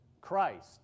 Christ